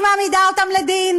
והיא מעמידה אותם לדין,